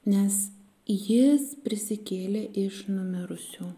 nes jis prisikėlė iš numirusių